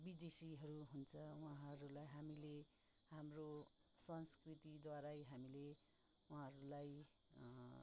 विदेशीहरू हुन्छ उहाँहरूलाई हामीले हाम्रो संस्कृतिद्वारै हामीले उहाँहरूलाई